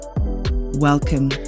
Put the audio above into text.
Welcome